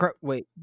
wait